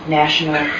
national